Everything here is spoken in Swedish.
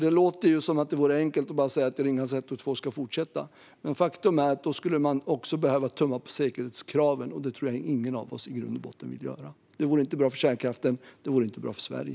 Det låter som att det vore enkelt att bara säga att Ringhals 1 och 2 ska fortsätta, men faktum är att man i så fall skulle behöva tumma på säkerhetskraven. Det tror jag inte att någon av oss i grund och botten vill göra. Det vore inte bra för kärnkraften, och det vore inte bra för Sverige.